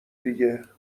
دیگه